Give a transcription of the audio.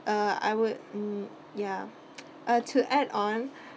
uh I would um ya to add on